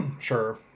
Sure